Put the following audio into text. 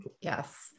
Yes